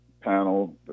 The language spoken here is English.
panel